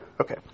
Okay